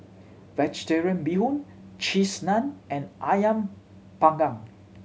Vegetarian Bee Hoon Cheese Naan and Ayam Panggang